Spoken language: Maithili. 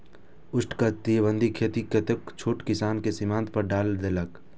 उष्णकटिबंधीय खेती कतेको छोट किसान कें सीमांत पर डालि देलकै